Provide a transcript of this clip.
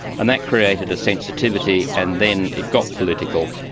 and that created a sensitivity and then it got political.